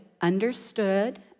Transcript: understood